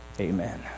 amen